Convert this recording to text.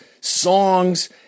songs